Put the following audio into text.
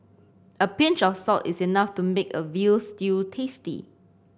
a pinch of salt is enough to make a veal stew tasty